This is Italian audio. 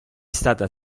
stata